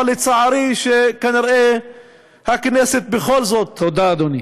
אבל, לצערי, כנראה הכנסת בכל זאת, תודה, אדוני.